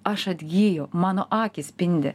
aš atgyju mano akys spindi